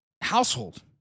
household